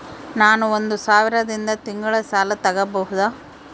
ನಾನು ಒಂದು ಸಾವಿರದಿಂದ ತಿಂಗಳ ಸಾಲ ತಗಬಹುದಾ?